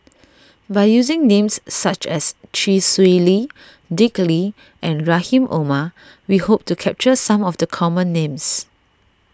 by using names such as Chee Swee Lee Dick Lee and Rahim Omar we hope to capture some of the common names